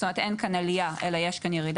זאת אומרת שאין כאן עלייה אלא דווקא יש ירידה.